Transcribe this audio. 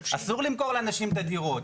אסור למכור לאנשים את הדירות.